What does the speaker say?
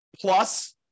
plus